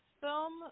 film